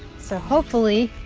so hopefully